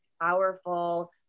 powerful